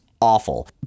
awful